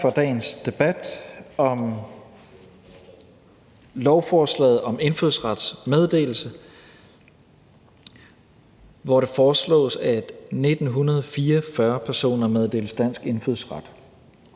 Tesfaye): Tak for dagens debat om lovforslaget om indfødsrets meddelelse, hvor det foreslås, at 1.944 personer meddeles dansk indfødsret.